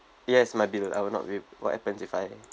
yes my bill I will not be what happens if I